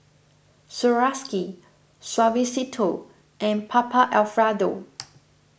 Swarovski Suavecito and Papa Alfredo